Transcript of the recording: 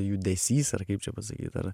judesys ar kaip čia pasakyt ar